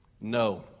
No